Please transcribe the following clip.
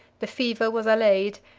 the fever was allayed,